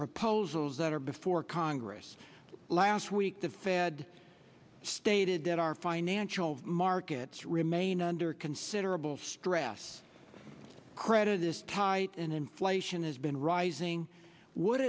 proposals that are before congress last week that fed stated that our financial markets remain under considerable stress credit is tight and inflation has been rising would